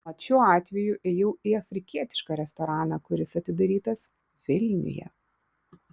mat šiuo atveju ėjau į afrikietišką restoraną kuris atidarytas vilniuje